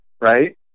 right